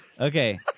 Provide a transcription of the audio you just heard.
Okay